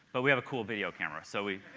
but we have a cool video camera so we